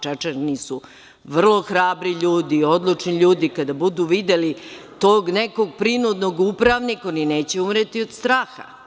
Čačani su vrlo hrabri ljudi, odlučni ljudi, kada budu videli tog nekog prinudnog upravnika, oni neće umreti od straha.